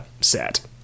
set